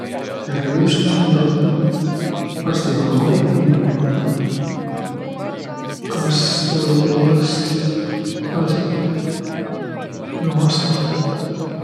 Tervüst! Ma tahtnuq arsti mano aigu kinniq pandaq. Kas tuu ja tuu arst saasiq minno vasta võttaq?